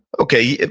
okay,